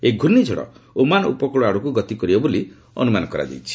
ଏହି ଘୁର୍ଷିଝଡ଼ ଓମାନ ଉପକୃଳ ଆଡ଼କୁ ଗତି କରିବ ବୋଲି ଅନୁମାନ କରାଯାଇଛି